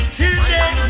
today